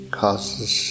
causes